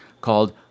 called